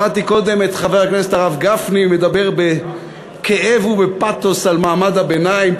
שמעתי קודם את חבר הכנסת הרב גפני מדבר בכאב ובפתוס על מעמד הביניים.